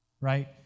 right